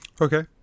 Okay